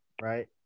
right